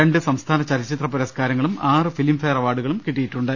രണ്ട് സംസ്ഥാന ചല ച്ചിത്ര പുരസ്കാരങ്ങളും ആറ് ഫിലിംഫെയർ അവാർഡുകളും കിട്ടിയി ട്ടുണ്ട്